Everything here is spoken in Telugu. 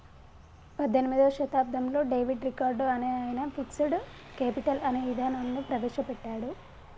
పద్దెనిమిదో శతాబ్దంలో డేవిడ్ రికార్డో అనే ఆయన ఫిక్స్డ్ కేపిటల్ అనే ఇదానాన్ని ప్రవేశ పెట్టాడు